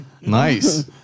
Nice